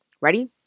Ready